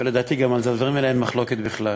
ולדעתי גם על הדברים האלה אין מחלוקת בכלל.